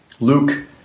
Luke